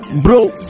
bro